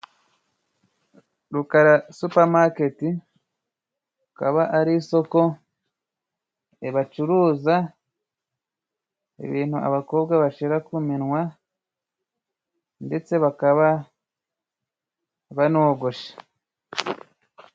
Rukara Supamaketi akaba ari isoko bacuruza ibintu abakobwa bashira ku minwa, ndetse bakaba banogosha.